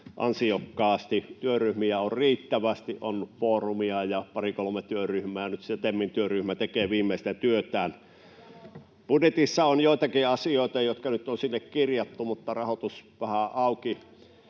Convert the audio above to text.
ansiokkaasti. Työryhmiä on riittävästi, on foorumia ja pari kolme työryhmää, ja nyt TEMin työryhmä tekee viimein sitä työtään. [Sanna Antikainen: Ja panostuksia!] Budjetissa on joitakin asioita, jotka nyt on sinne kirjattu mutta joiden rahoitus on vähän auki.